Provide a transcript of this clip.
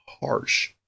harsh